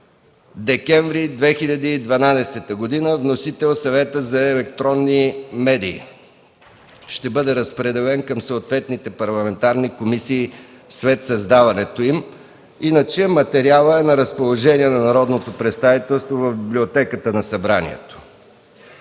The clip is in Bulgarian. декември 2012 г. Вносител – Съветът за електронни медии. Ще бъде разпределен на съответните постоянни парламентарни комисии след създаването им. Материалът е на разположение на народното представителство в Библиотеката на Парламента.